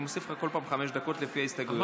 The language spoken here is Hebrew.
אני מוסיף לך כל פעם חמש דקות לפי ההסתייגויות שלך.